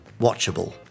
watchable